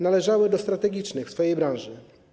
Należały do strategicznych w swojej branży.